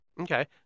Okay